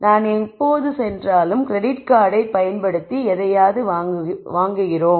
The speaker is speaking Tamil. நான் எப்பொழுது சென்றாலும் கிரெடிட் கார்டைப் பயன்படுத்தி எதையாவது வாங்குகிறோம்